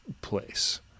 place